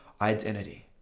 identity